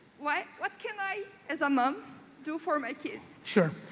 what what can i as a mum do for my kids? sure.